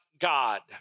God